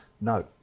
No